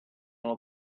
dan